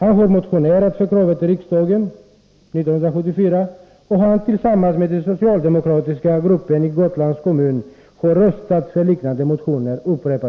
Han har nämligen motionerat därom i riksdagen , och han har tillsammans med den socialdemokratiska gruppen i Gotlands kommun upprepade gånger röstat för liknande motioner.